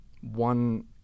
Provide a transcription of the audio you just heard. one